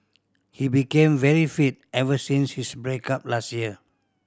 he became very fit ever since his break up last year